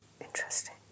Interesting